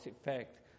effect